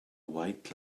white